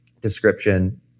description